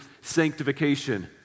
sanctification